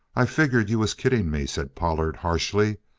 i figured you was kidding me, said pollard harshly.